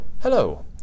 Hello